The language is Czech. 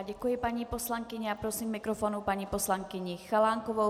Děkuji paní poslankyni a prosím k mikrofonu paní poslankyni Chalánkovou.